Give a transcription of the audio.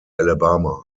alabama